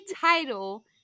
title